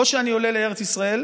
או שאני עולה לארץ ישראל,